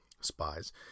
spies